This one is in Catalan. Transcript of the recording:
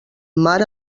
mar